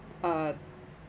uh